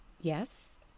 Yes